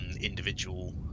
individual